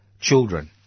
children